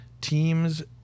teams